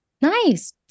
Nice